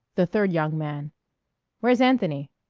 the third young man where's anthony?